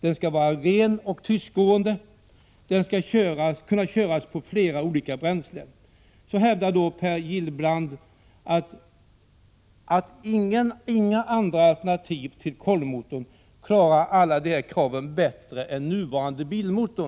Den skall vara ren och tystgående. Den skall kunna köras på flera olika bränslen. Per Gillbrand hävdar att inga andra alternativ till kolvmotorn klarar alla de kraven bättre än nuvarande bilmotor.